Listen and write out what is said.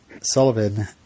Sullivan